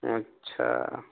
اچھا